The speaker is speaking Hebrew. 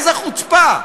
איזה חוצפה.